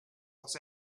los